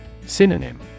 Synonym